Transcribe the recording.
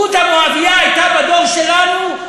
רות המואבייה הייתה בדור שלנו,